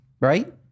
right